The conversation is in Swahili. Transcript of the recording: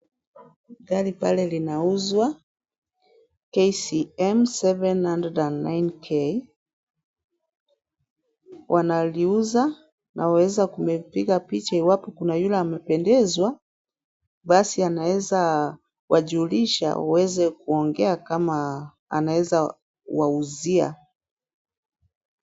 Gari pale linauzwa, KCM 709K. Wanaliuliza, na unaweza kulipiga picha iwapo kuna yule ambapo amependezwa, basi anaweza wajulisha, waeze kuongea kama anaeza wauzia.